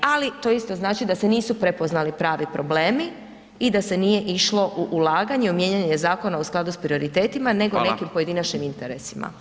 Ali to isto znači da se nisu prepoznali pravi problemi i da se nije išlo u ulaganje i u mijenjanje zakona u skladu s prioritetima nego nekim pojedinačnim interesima.